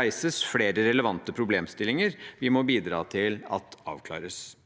reises flere relevante problemstillinger vi må bidra til å avklare.